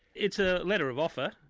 it's a letter of offer,